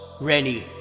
Rennie